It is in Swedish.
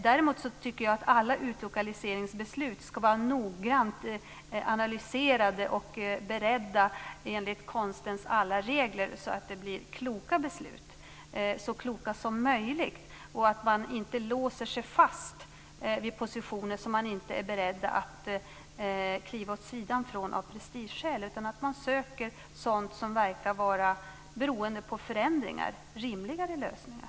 Däremot tycker jag att alla utlokaliseringsbeslut ska vara noggrant analyserade och beredda enligt konstens alla regler, så att det blir så kloka beslut som möjligt. Man får inte låsa sig fast vid positioner som man av prestigeskäl inte är beredd att kliva åt sidan från, utan det gäller att söka sådant som verkar vara, beroende på förändringar, rimligare lösningar.